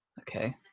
okay